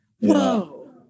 Whoa